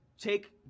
Take